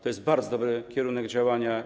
To jest bardzo dobry kierunek działania.